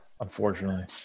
unfortunately